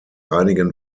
einigen